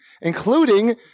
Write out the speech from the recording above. including